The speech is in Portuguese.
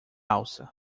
alça